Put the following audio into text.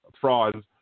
fraud